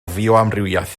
fioamrywiaeth